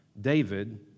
David